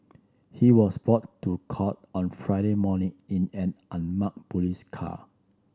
he was brought to court on Friday morning in an unmarked police car